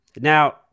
Now